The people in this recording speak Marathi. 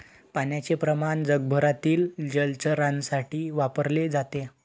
पाण्याचे प्रमाण जगभरातील जलचरांसाठी वापरले जाते